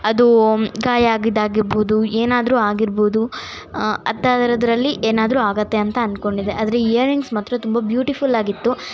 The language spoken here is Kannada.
ಅದೂ ಗಾಯ ಆಗಿದ್ದಾಗಿರ್ಬೋದು ಏನಾದರು ಆಗಿರ್ಬೋದು ಅಂಥದ್ದ್ರಲ್ಲಿ ಏನಾದರು ಆಗುತ್ತೆ ಅಂತ ಅಂದ್ಕೊಂಡಿದ್ದೆ ಆದರೆ ಇಯರಿಂಗ್ಸ್ ಮಾತ್ರ ತುಂಬ ಬ್ಯೂಟಿಫುಲ್ಲಾಗಿತ್ತು